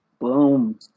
Boom